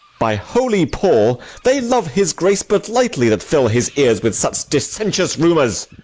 by holy paul, they love his grace but lightly that fill his ears with such dissentious rumours.